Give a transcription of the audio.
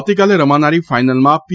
આવતીકાલે રમાનારી ફાઇનલમાં પી